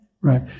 Right